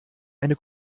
eine